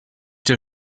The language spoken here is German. der